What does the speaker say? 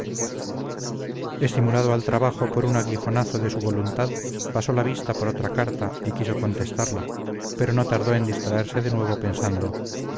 estimulado al trabajo por un aguijonazo de su voluntad pasó la vista por otra carta y quiso contestarla pero no tardó en distraerse de nuevo pensando